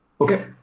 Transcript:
Okay